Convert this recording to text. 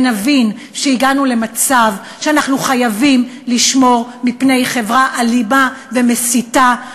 ונבין שהגענו למצב שאנחנו חייבים לשמור מפני חברה אלימה ומסיתה,